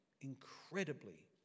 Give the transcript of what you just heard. incredibly